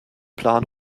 plan